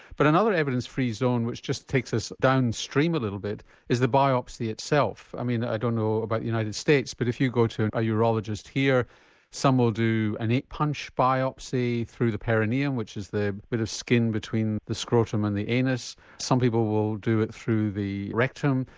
but another evidence-free zone which just takes us downstream a little bit is the biopsy itself. i mean i don't know about the united states but if you go to a urologist here some will do an eight punch biopsy through the perineum which is the bit of skin between the scrotum and the anus, some people will do it through the rectum,